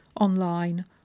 online